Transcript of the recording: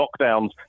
lockdowns